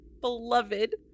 beloved